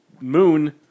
moon